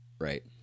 Right